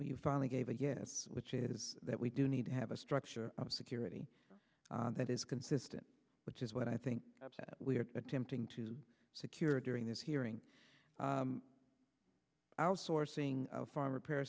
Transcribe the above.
have finally gave a yes which is that we do need to have a structure of security that is consistent which is what i think we are attempting to secure during this hearing outsourcing farm repair